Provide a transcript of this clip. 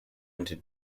into